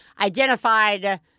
identified